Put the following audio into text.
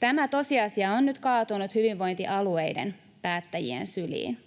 Tämä tosiasia on nyt kaatunut hyvinvointialueiden päättäjien syliin.